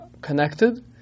connected